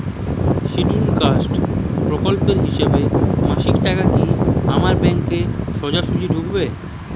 Scheduled caste প্রকল্পের হিসেবে মাসিক টাকা কি আমার ব্যাংকে সোজাসুজি ঢুকবে?